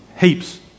Heaps